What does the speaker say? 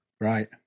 right